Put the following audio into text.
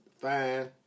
fine